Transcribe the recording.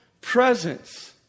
presence